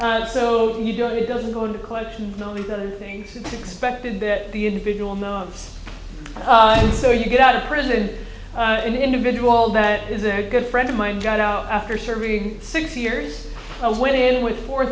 do so you don't it doesn't go into collection only the other things expected that the individual no so you get out of prison did an individual that is a good friend of mine got out after serving six years i went in with four